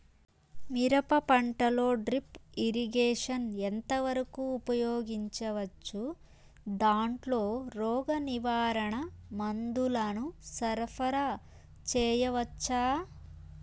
మిరప పంటలో drip irrigation ఎంత వరకు ఉపయోగించవచ్చు, దాంట్లో రోగ నివారణ మందుల ను సరఫరా చేయవచ్చా?